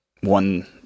one